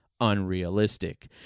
unrealistic